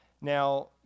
Now